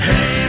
Hey